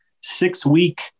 six-week